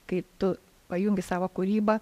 kai tu pajungi savo kūrybą